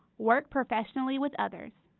work professionally with others.